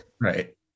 Right